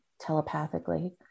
telepathically